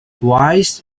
rice